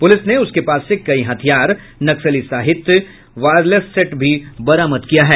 police ने उसके पास से कई हथियार नक्सली साहित्य वायरलेस सेट भी बरामद किया है